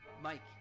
Mike